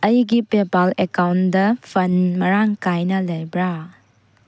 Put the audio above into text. ꯑꯩꯒꯤ ꯄꯦꯄꯥꯜ ꯑꯦꯀꯥꯎꯟꯗ ꯐꯟ ꯃꯔꯥꯡ ꯀꯥꯏꯅ ꯂꯩꯕ꯭ꯔꯥ